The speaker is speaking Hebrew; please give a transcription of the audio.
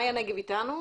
מאיה נגב אתנו?